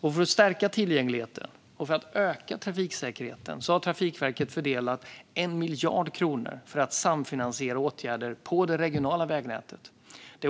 För att stärka tillgängligheten och öka trafiksäkerheten har Trafikverket fördelat 1 miljard kronor för att samfinansiera åtgärder på det regionala vägnätet.